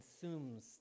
consumes